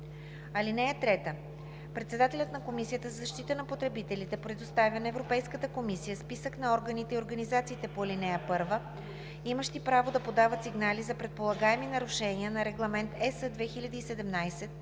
ал. 1. (3) Председателят на Комисията за защита на потребителите предоставя на Европейската комисия списък на органите и организациите по ал. 1, имащи право да подават сигнали за предполагаеми нарушения на Регламент (ЕС) 2017/2394,